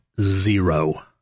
zero